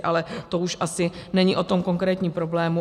Ale to už asi není o tom konkrétním problému.